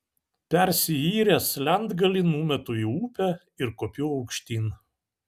persiyręs lentgalį numetu į upę ir kopiu aukštyn